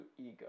ego